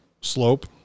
slope